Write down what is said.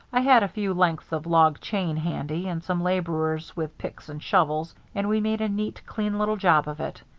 i had a few lengths of log chain handy, and some laborers with picks and shovels, and we made a neat, clean little job of it.